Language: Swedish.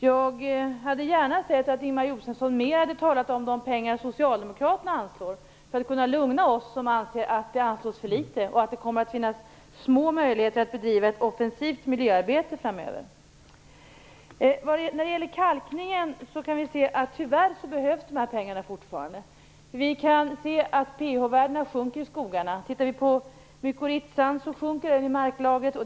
Jag hade gärna sett att Ingemar Josefsson mer hade talat om de pengar som Socialdemokraterna anslår, för att kunna lugna oss som anser att det anslås för litet och att det kommer att finnas små möjligheter att bedriva ett offensivt miljöarbete framöver. När det gäller kalkningen behövs pengarna fortfarande. Vi kan se att pH-värdena i skogarna sjunker. Mykorrhizan i marklagret sjunker.